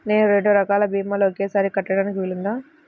నేను రెండు రకాల భీమాలు ఒకేసారి కట్టడానికి వీలుందా?